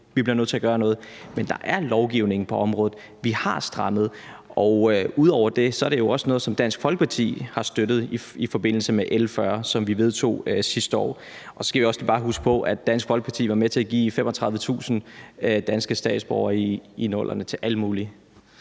vi bliver nødt til at gøre noget. Men der er en lovgivning på området, og vi har strammet. Ud over det er det også noget, som Dansk Folkeparti har støttet i forbindelse med L 40, som vi vedtog sidste år. Så skal vi også bare lige huske på, at Dansk Folkeparti var med til at give 35.000 danske statsborgerskaber i 00'erne til alle mulige.